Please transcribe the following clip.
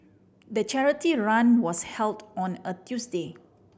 the charity run was held on a Tuesday